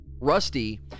Rusty